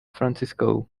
francisco